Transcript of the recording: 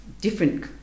Different